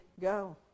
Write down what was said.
go